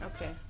Okay